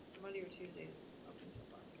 monday or tuesday's open so